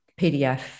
PDF